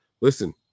listen